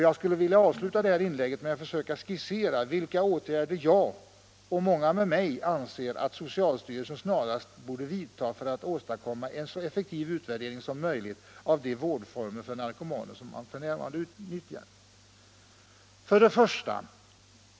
Jag skulle vilja avsluta det här inlägget med att försöka skissera vilka åtgärder jag och många med mig anser att socialstyrelsen snarast borde vidta för att åstadkomma en så effektiv utvärdering som möjligt av de vårdformer för narkomaner som vi f.n. använder. 1.